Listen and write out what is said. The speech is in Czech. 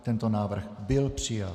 Tento návrh byl přijat.